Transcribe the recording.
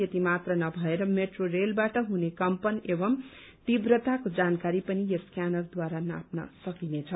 यति मात्र नभएर मेट्रो रेलबाट हुने कम्पन एवं तीव्रताको जानकारी पनि यस स्क्यानरबाट नापिन सकिनेछ